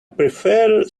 prefer